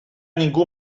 ningú